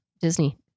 Disney